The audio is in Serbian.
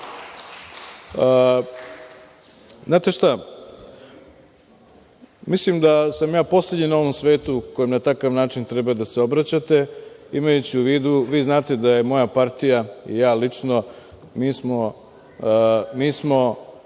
šta, mislim da sam ja poslednji na ovom svetu kome na takav način treba da se obraćate, imajući u vidu, vi znate da je moja partija i ja lično, mi smo